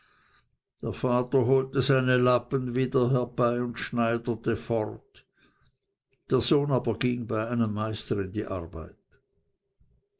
der vater holte seine lappen wieder herbei und schneiderte fort der sohn aber ging bei einem meister in die arbeit